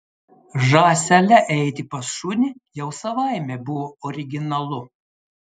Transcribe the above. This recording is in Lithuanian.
žąsele eiti pas šunį jau savaime buvo originalu